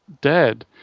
dead